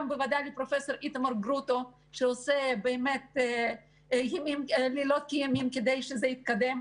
גם לפרופ' איתמר גרוטו שעושה לילות כימים כדי שזה יתקדם.